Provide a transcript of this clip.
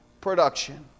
production